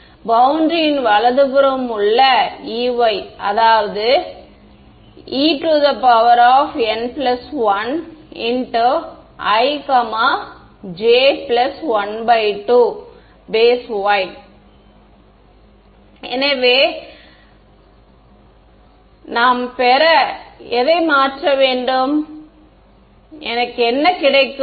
பௌண்டரியில் வலதுபுறம் உள்ள Ey அதாவது Ey n1i j12 எனவே பெற மாற்று எனவே எனக்கு என்ன கிடைக்கும்